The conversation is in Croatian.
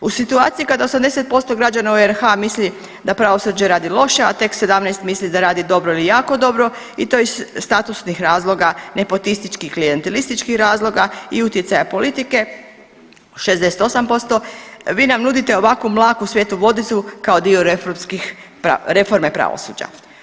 U situaciji kada 80% građana u RH misli da pravosuđe radi loše, a tek 17 misli da radi dobro i jako dobro i to iz statusnih razloga nepotističkih klijentelističkih razloga i utjecaja politike 68% vi nam nudite ovakvu mlaku svetu vodicu kao dio reformskih, reforme pravosuđa.